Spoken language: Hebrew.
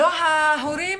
לא ההורים